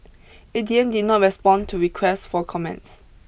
A D M did not respond to requests for comments